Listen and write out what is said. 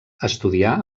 estudià